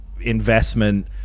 investment